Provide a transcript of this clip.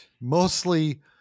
mostly